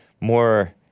more